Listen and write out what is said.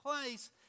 place